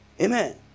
Amen